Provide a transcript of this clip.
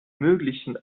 möglichen